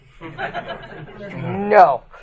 no